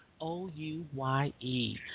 O-U-Y-E